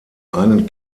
einen